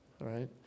right